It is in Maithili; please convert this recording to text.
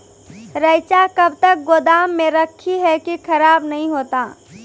रईचा कब तक गोदाम मे रखी है की खराब नहीं होता?